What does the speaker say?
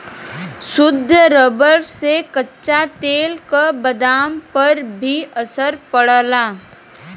शुद्ध रबर से कच्चा तेल क दाम पर भी असर पड़ला